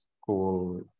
school